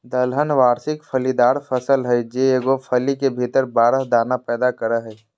दलहन वार्षिक फलीदार फसल हइ जे एगो फली के भीतर बारह दाना पैदा करेय हइ